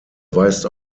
weist